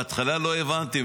בהתחלה לא הבנתי,